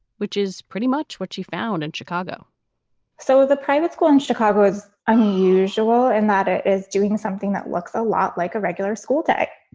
which is pretty much what she found in chicago so the private school in chicago is unusual in that it is doing something that looks a lot like a regular school day.